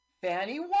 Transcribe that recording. Fanny